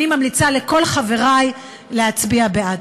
אני ממליצה לכל חברי להצביע בעד.